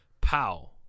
pow